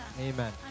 Amen